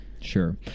Sure